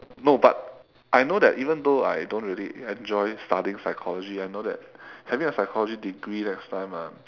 no but I know that even though I don't really enjoy studying psychology I know that having a psychology degree next time lah